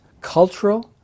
cultural